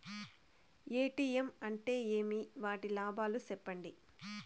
ATM అంటే ఏమి? వాటి లాభాలు సెప్పండి?